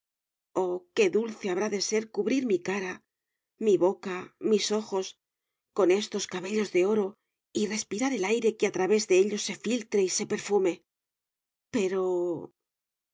qué dulce habrá de ser cubrir mi cara mi boca mis ojos con estos cabellos de oro y respirar el aire que a través de ellos se filtre y se perfume pero